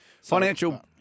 Financial